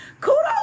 Kudos